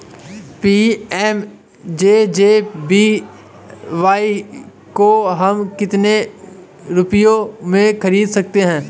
PMJJBY को हम कितने रुपयों में खरीद सकते हैं?